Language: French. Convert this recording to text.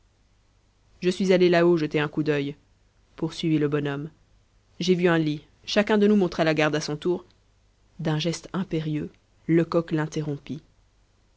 je suis allé là-haut jeter un coup d'œil poursuivit le bonhomme j'ai vu un lit chacun de nous montera la garde à son tour d'un geste impérieux lecoq